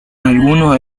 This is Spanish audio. algunos